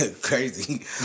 crazy